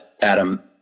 Adam